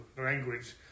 language